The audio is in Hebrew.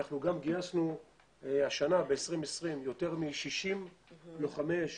גייסנו השנה, ב-2020, יותר מ-60 לוחמי אש